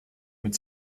mit